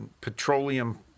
Petroleum